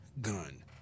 gun